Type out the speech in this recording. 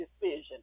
decision